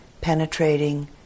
penetrating